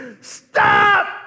stop